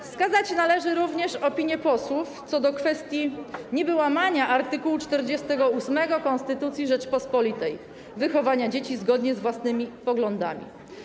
Wskazać należy również opinię posłów co do kwestii niby-łamania art. 48 konstytucji Rzeczypospolitej - wychowania dzieci zgodnie z własnymi poglądami.